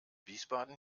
wiesbaden